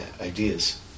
ideas